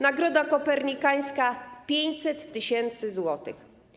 Nagroda Kopernikańska - 500 tys. zł.